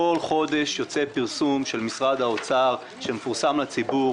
כל חודש יוצא פרסום של משרד האוצר שמפורסם לציבור